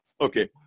okay